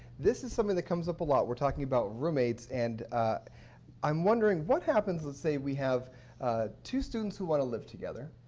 this is something that comes up a lot. we are talking about roommate, and i'm wondering, what happens, let's say we have two students who want to live together,